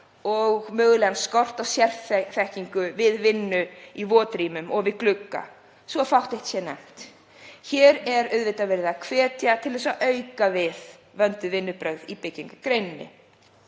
og mögulegan skort á sérþekkingu við vinnu í votrýmum og við glugga svo að fátt eitt sé nefnt. Hér er auðvitað verið að hvetja til þess að vanda betur vinnubrögð í byggingargreininni.